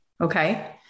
okay